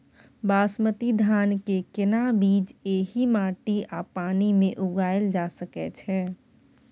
बासमती धान के केना बीज एहि माटी आ पानी मे उगायल जा सकै छै?